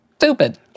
stupid